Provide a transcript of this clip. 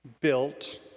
built